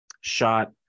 shot